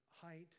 height